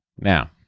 now